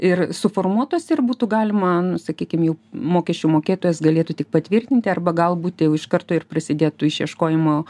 ir suformuotuos ir būtų galima nu sakykim jau mokesčių mokėtojas galėtų tik patvirtinti arba galbūt jau iš karto ir prasidėtų išieškojimo